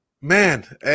man